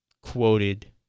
quoted